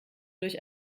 durch